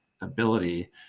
ability